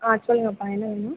ஆ சொல்லுங்கப்பா என்ன வேணும்